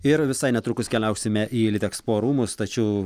ir visai netrukus keliausime į litexpo rūmus tačiau